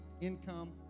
income